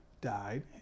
died